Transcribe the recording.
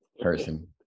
person